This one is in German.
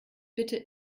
bitte